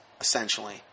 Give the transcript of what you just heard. essentially